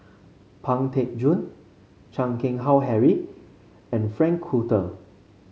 Pang Teck Joon Chan Keng Howe Harry and Frank Cloutier